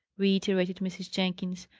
reiterated mrs. jenkins,